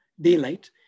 daylight